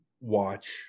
watch